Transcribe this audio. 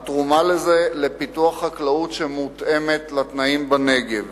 התרומה של זה, לפיתוח חקלאות שמותאמת לתנאים בנגב